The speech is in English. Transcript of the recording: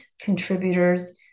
contributors